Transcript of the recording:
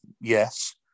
Yes